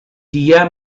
dia